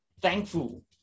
thankful